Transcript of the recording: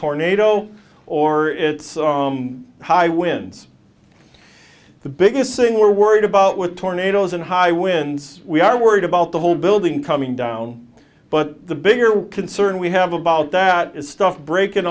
tornado or it's high winds the biggest sin we're worried about with tornadoes and high winds we are worried about the whole building coming down but the bigger concern we have about that is stuff breaking